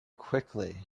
quickly